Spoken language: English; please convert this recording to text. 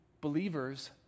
believers